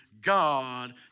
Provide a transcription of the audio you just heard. God